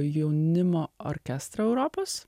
jaunimo orkestrą europos